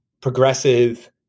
progressive